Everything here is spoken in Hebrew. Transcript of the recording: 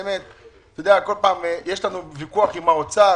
בכל פעם יש לנו ויכוח עם האוצר,